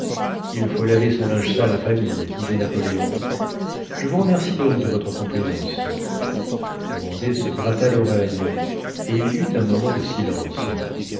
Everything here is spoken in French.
il faut laver son linge sale en famille disait napoléon je vous remercie donc de votre complaisance grandet se gratta l'oreille et il y eut un moment de silence